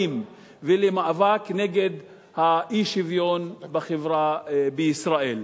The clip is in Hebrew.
פערים ולמאבק נגד האי-שוויון בחברה בישראל.